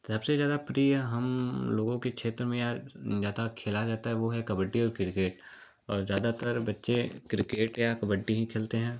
सबसे ज़्यादा प्रिय हम लोगों के क्षेत्र में यह ज़्यादा खेला जाता है व है कबड्डी और किर्केट और ज़्यादातर बच्चे क्रिकेट या कबड्डी ही खेलते हैं